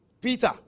Peter